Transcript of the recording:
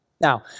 Now